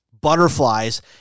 butterflies